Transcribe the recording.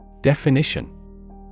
Definition